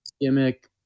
gimmick